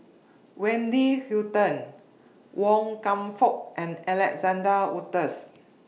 Wendy Hutton Wan Kam Fook and Alexander Wolters